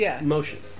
motion